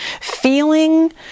feeling